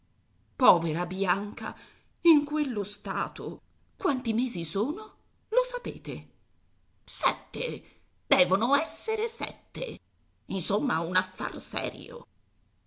povera bianca in quello stato quanti mesi sono lo sapete sette devono esser sette insomma un affar serio